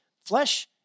flesh